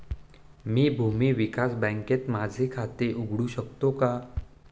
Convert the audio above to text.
मी भूमी विकास बँकेत माझे खाते उघडू शकतो का?